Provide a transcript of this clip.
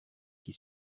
qui